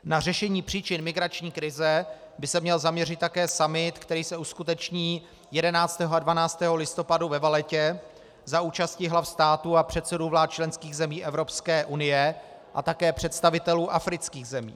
Na řešení příčin migrační krize by se měl zaměřit také summit, který se uskuteční 11. a 12. listopadu ve Vallettě za účasti hlav států a předsedů vlád členských zemí Evropské unie a také představitelů afrických zemí.